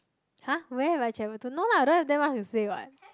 !huh! where would I travel no lah I don't have that much to say what